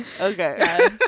Okay